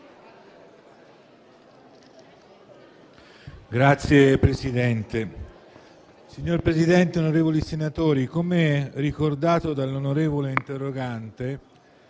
e le foreste*. Signor Presidente, onorevoli senatori, come ricordato dall'onorevole interrogante,